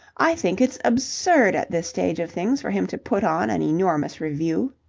i think it's absurd at this stage of things for him to put on an enormous revue.